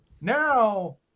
now